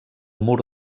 mur